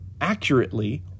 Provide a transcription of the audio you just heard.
accurately